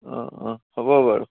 অঁ অঁ হ'ব বাৰু